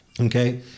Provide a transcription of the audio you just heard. Okay